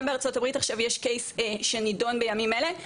גם בארצות הברית יש קייס שנידון בימים אלה,